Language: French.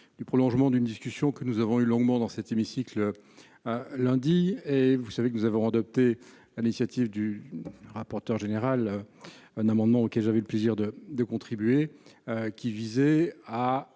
du prolongement d'une discussion que nous avons eu longuement dans cet hémicycle, lundi, vous savez que nous avons adoptée à l'initiative du rapporteur général un amendement auquel j'avais le plaisir de de contribuer, qui visait à